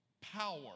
power